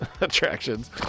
attractions